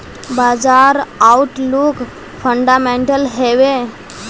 बाजार outlook fundamental हैवै?